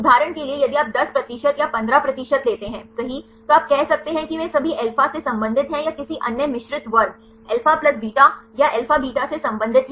उदाहरण के लिए यदि आप 10 प्रतिशत या 15 प्रतिशत लेते हैं सही तो आप कह सकते हैं कि वे सभी अल्फा से संबंधित हैं या किसी अन्य मिश्रित वर्ग अल्फा प्लस बीटा या अल्फा बीटा से संबंधित हैं